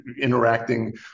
interacting